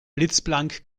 blitzblank